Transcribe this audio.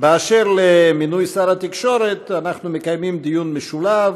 אשר למינוי שר התקשורת אנו מקיימים דיון משולב.